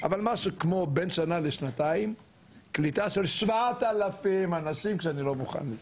אבל משהו כמו בין שנה לשנתיים קליטה של 7,000 אנשים כשאני לא מוכן לזה,